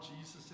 Jesus